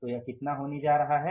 तो यह कितना होने जा रहा है